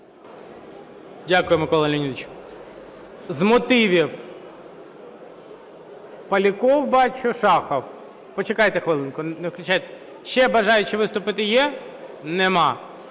Дякую, Микола Леонідович. З мотивів – Поляков, бачу, Шахов. Почекайте хвилинку, не виключайте. Ще бажаючі виступити є? Немає.